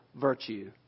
virtue